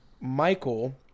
Michael